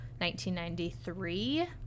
1993